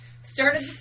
Started